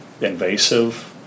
invasive